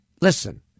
Listen